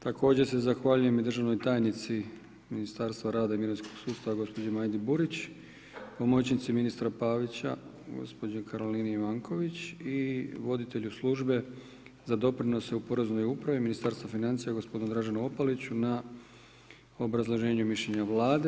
Također se zahvaljujem i državnoj tajnici Ministarstva rada i mirovinskog sustava, gospođi Majdi Burić, pomoćnici ministra Pavića, gospođi Karolini Ivanković i voditelju službe za doprinose u Poreznoj upravi Ministarstva financija, gospodinu Draženu Opaliću na obrazloženju mišljenja Vlade.